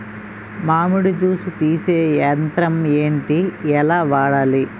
మామిడి జూస్ తీసే యంత్రం ఏంటి? ఎలా వాడాలి?